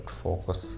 focus